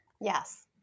Yes